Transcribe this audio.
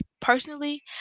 personally